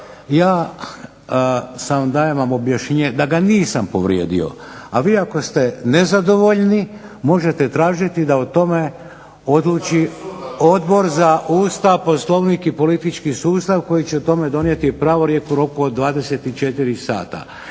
Ja, samo dajem vam objašnjenje, da ga nisam povrijedio, a vi ako ste nezadovoljni možete tražiti da o tome odluči Odbor za Ustav, Poslovnik i politički sustav koji će o tome donijeti pravorijek u roku od 24 sata.